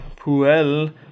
Puel